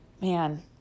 Man